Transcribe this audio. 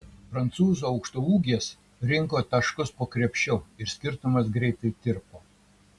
prancūzių aukštaūgės rinko taškus po krepšiu ir skirtumas greitai tirpo